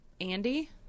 Andy